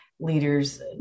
leaders